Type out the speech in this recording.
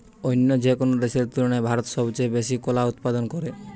অন্য যেকোনো দেশের তুলনায় ভারত সবচেয়ে বেশি কলা উৎপাদন করে